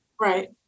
Right